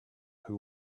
who